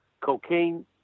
cocaine